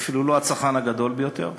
הוא אפילו לא הצרכן הגדול ביותר,